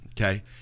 Okay